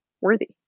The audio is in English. worthy